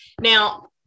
Now